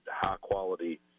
high-quality